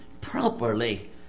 properly